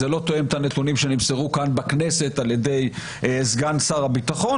זה לא תואם את הנתונים שנמסרו כאן בכנסת על ידי סגן שר הביטחון,